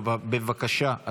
בבקשה,